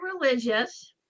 religious